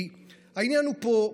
כי העניין פה הוא,